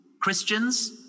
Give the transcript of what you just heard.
Christians